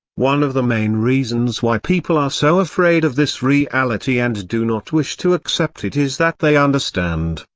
one of the main reasons why people are so afraid of this reality and do not wish to accept it is that they understand,